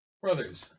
Brothers